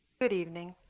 good evening.